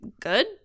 good